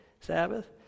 Sabbath